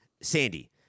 Sandy